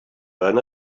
earn